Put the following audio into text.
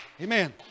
Amen